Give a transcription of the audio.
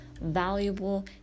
Valuable